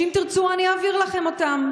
אם תרצו אני אעביר לכם אותם,